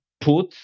put